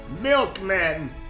Milkmen